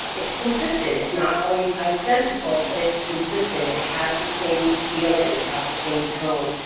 it's consistent, it's not always identical but it's consistent, it has the same feeling, it has the same tone,